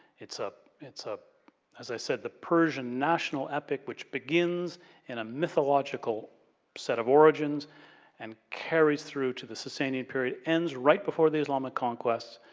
it's, ah ah as i said, the persian national epic which begins in a mythological set of origins and carries through to the sasanian period, ends right before the islamic conquests.